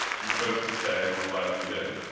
you chose to stay, and we're glad you did.